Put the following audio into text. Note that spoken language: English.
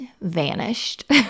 vanished